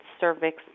cervix